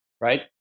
Right